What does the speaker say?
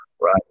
Right